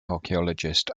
archaeologist